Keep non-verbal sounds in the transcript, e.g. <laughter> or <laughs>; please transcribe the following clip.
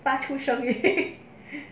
发出声音 <laughs>